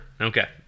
Okay